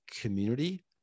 community